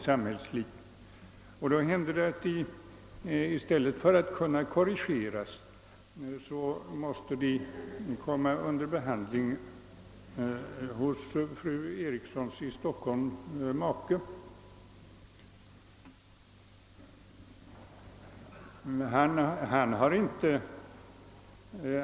Då blir det värre att göra korrigeringarna, och de unga måste kanske i stället komma under behandling hos fru Erikssons i Stockholm make.